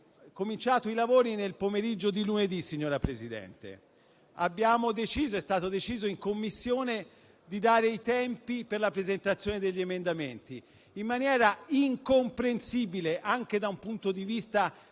abbiamo cominciato i lavori nel pomeriggio di lunedì, signor Presidente, ed in Commissione è stato deciso di fissare i termini per la presentazione degli emendamenti: in maniera incomprensibile, anche da un punto di vista